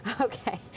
Okay